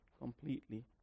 completely